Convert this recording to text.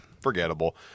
Forgettable